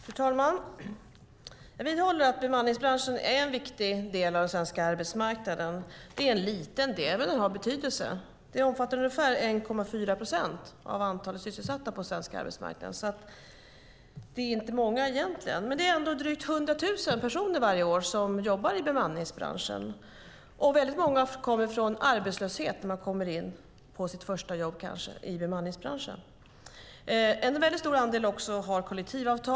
Fru talman! Jag vidhåller att bemanningsbranschen är en viktig del av den svenska arbetsmarknaden. Det är en liten del, men den har betydelse. Den omfattar ungefär 1,4 procent av antalet sysselsatta på svensk arbetsmarknad. Det är varje år drygt 100 000 personer som jobbar i bemanningsbranschen. Många kommer från arbetslöshet när de får sitt första jobb i bemanningsbranschen. En väldigt stor andel har kollektivavtal.